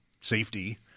safety